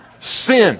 Sin